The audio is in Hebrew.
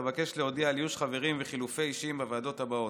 אבקש להודיע על איוש חברים וחילופי אישים בוועדות הבאות: